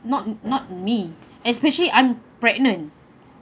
not not me especially I'm pregnant